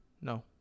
No